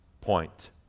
point